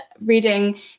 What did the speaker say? reading